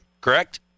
Correct